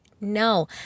no